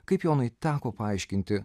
kaip jonui teko paaiškinti